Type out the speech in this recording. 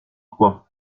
quoi